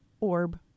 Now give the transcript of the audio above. orb